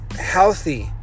healthy